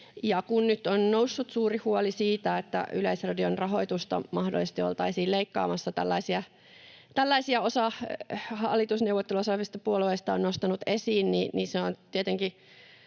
nyt on noussut suuri huoli siitä, että Yleisradion rahoitusta mahdollisesti oltaisiin leikkaamassa — tällaisia osa hallitusneuvotteluissa olevista puolueista on nostanut esiin — se on tietenkin